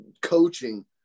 coaching